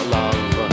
love